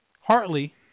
Hartley